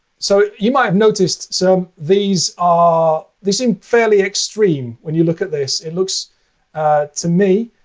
so you might have noticed so these are they seem fairly extreme when you look at this. it looks to me,